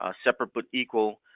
ah separate but equal.